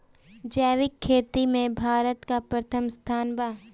जैविक खेती में भारत का प्रथम स्थान बा